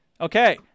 okay